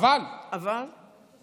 אבל אני